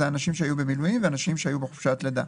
אלה אנשים שהיו במילואים ואנשים שהיו בחופשת לידה.